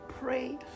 pray